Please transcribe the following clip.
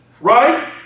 Right